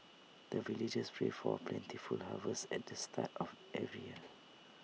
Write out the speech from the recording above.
the villagers pray for plentiful harvest at the start of every year